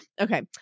Okay